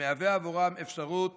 זה מהווה עבורם אפשרות